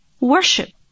worship